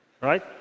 Right